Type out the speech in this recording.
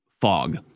fog